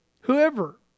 Whoever